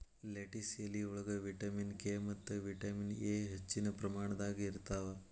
lettuce ಎಲಿಯೊಳಗ vitamin K ಮತ್ತ vitamin A ಹೆಚ್ಚಿನ ಪ್ರಮಾಣದಾಗ ಇರ್ತಾವ